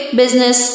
business